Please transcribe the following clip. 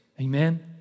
Amen